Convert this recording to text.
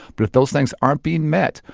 but if those things aren't being met,